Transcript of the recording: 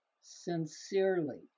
Sincerely